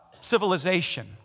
civilization